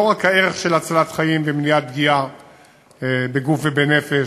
לא רק הערך של הצלת חיים ומניעת פגיעה בגוף ובנפש,